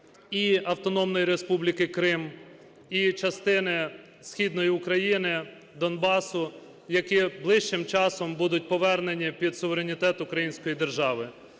і Автономної Республіки Крим, і частини Східної України, Донбасу, які ближчим часом будуть повернені під суверенітет української держави.